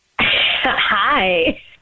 Hi